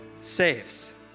saves